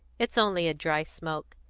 it's only a dry smoke.